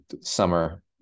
summer